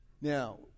Now